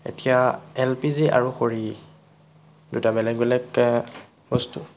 এতিয়া L P G আৰু খৰি দুটা বেলেগ বেলেগ বস্তু